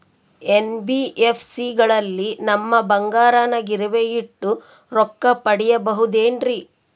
NBFC ಗಳಲ್ಲಿ ನಮ್ಮ ಬಂಗಾರನ ಗಿರಿವಿ ಇಟ್ಟು ರೊಕ್ಕ ಪಡೆಯಬಹುದೇನ್ರಿ?